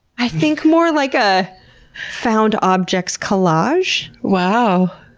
i think more like a found objects collage. wow.